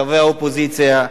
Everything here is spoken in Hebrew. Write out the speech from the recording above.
חברי האופוזיציה.